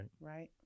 right